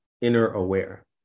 inner-aware